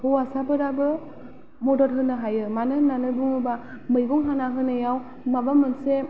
हौवासाफोराबो मदद होनो हायो मानो होननानै बुङोब्ला मैगं हाना होनायाव माबा मोनसे